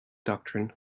doctrine